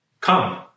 Come